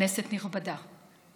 כנסת נכבדה,